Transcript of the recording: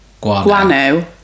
Guano